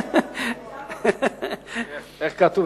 איך כתוב?